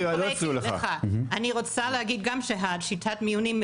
אני גם רוצה להגיד ששיטת המיונים גם